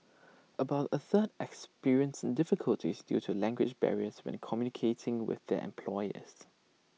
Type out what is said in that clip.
about A third experienced difficulties due to language barriers when communicating with their employers